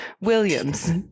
Williams